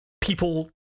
people